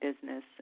business